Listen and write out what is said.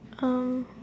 um